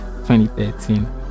2013